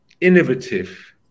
innovative